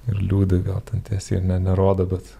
ir liūdi gal ten tiesiai ir ne nerodo bet